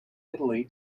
italy